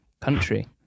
country